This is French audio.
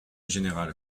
général